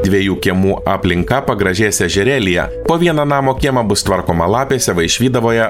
dviejų kiemų aplinka pagražės ežerėlyje po vieną namo kiemą bus tvarkoma lapėse vaišvydavoje